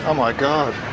um my god.